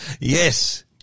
Yes